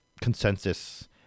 Consensus